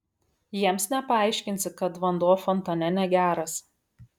jiems nepaaiškinsi kad vanduo fontane negeras